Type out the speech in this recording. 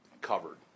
covered